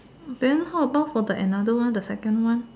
then how about for the another one the second one